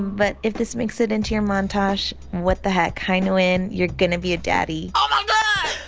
but if this makes it into your montage, what the heck. hi, nouwin, you're going to be a daddy oh, my god